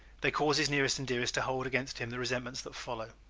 they cause his nearest and dearest to hold against him the resentments that follow.